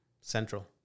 Central